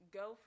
go